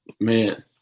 Man